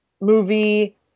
movie